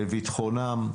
לביטחונם.